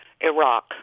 Iraq